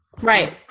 Right